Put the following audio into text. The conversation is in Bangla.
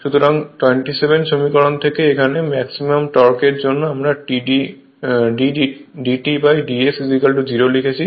সুতরাং 27 সমীকরণ থেকে এখানে ম্যাক্সিমাম টর্কের জন্য আমার d Td S 0 লিখেছি